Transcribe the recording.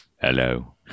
Hello